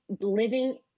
living